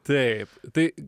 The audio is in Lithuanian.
taip tai